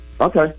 Okay